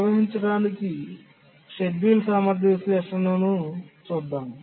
నిర్వహించడానికి షెడ్యూల్ సామర్థ్య విశ్లేషణను చూద్దాం